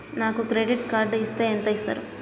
నాకు credit card ఇస్తే ఎంత ఇస్తరు?